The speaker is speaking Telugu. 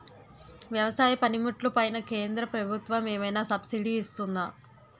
వ్యవసాయ పనిముట్లు పైన కేంద్రప్రభుత్వం ఏమైనా సబ్సిడీ ఇస్తుందా?